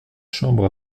chambre